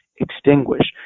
extinguish